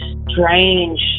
strange